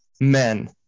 Men